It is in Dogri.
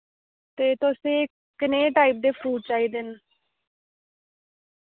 ते तुसें कनेह् टाइप दे फ्रूट चाहिदे न